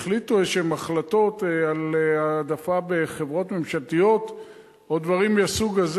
החליטו איזשהן החלטות על העדפה בחברות ממשלתיות או דברים מהסוג הזה.